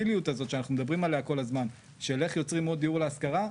הזאת שאנחנו מדברים עליה כל הזמן של איך יוצרים עוד דיור להשכרה,